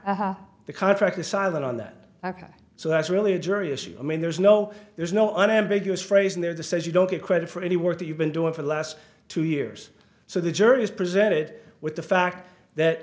to the contract is silent on that so that's really a jury issue i mean there's no there's no unambiguous phrase in there the says you don't get credit for any work that you've been doing for the last two years so the jury is presented with the fact that